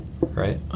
right